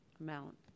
amount